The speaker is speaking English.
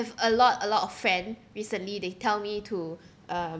a lot a lot of friend recently they tell me to uh